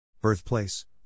Birthplace